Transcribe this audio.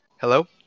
Hello